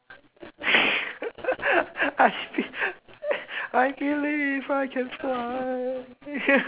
I be~ I I believe I can fly